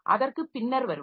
அதற்கு பின்னர் வருவோம்